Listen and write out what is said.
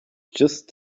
just